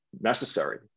necessary